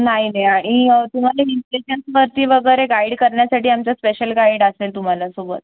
नाही नाही आणि तुम्हाला हिल स्टेशन्सवरती वगैरे गाईड करण्यासाठी आमचा स्पेशल गाईड असेल तुम्हाला सोबत